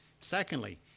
Secondly